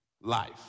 life